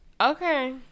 Okay